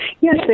Yes